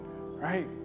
Right